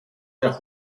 der